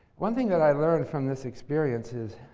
one thing that i learned from this experience is,